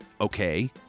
okay